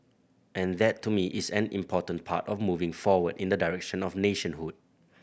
and that to me is an important part of moving forward in the direction of nationhood